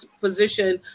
position